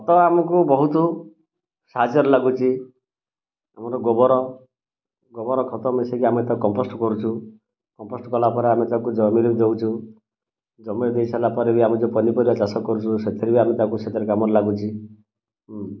ଖତ ଆମକୁ ବହୁତ ସାହାଯ୍ୟରେ ଲାଗୁଛି ଆମର ଗୋବର ଗୋବର ଖତ ମିଶେଇକି ଆମେ ତାକୁ କୋପେଷ୍ଟ୍ କରୁଛୁ କମପୋଷ୍ଟ୍ କଲା ପରେ ଆମେ ତାକୁ ଜମିରେ ଦେଉଛୁ ଜମିରେ ଦେଇସାରିବା ପରେ ଆମେ ଯେଉଁ ପନିପରିବା ଚାଷ କରୁଛୁ ସେଥିରେ ବି ଆମେ ତାକୁ ସେଥିରେ କାମରେ ଲାଗୁଛି